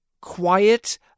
quiet